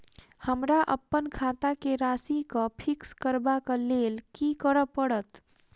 हमरा अप्पन खाता केँ राशि कऽ फिक्स करबाक लेल की करऽ पड़त?